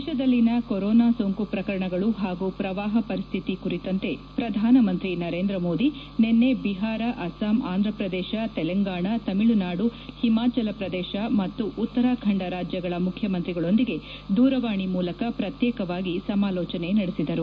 ದೇಶದಲ್ಲಿನ ಕೊರೊನಾ ಸೋಂಕು ಪ್ರಕರಣಗಳು ಹಾಗೂ ಪ್ರವಾಹ ಪರಿಸ್ಥಿತಿ ಕುರಿತಂತೆ ಪ್ರಧಾನಮಂತ್ರಿ ನರೇಂದ್ರ ಮೋದಿ ನಿನ್ನೆ ಬಿಹಾರ ಅಸ್ಸಾಂ ಆಂಧ್ರಪ್ರದೇಶ ತೆಲಂಗಾಣ ತಮಿಳುನಾಡು ಹಿಮಾಚಲಪ್ರದೇಶ ಮತ್ತು ಉತ್ತರಾಖಂಡ ರಾಜ್ಯಗಳ ಮುಖ್ಯಮಂತ್ರಿಗಳೊಂದಿಗೆ ದೂರವಾಣಿ ಮೂಲಕ ಪ್ರತ್ಯೇಕವಾಗಿ ಸಮಾಲೋಚನೆ ನಡೆಸಿದರು